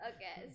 Okay